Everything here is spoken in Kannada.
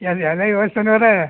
ಎಲ್ಲ ಎಲ್ಲ